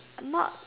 not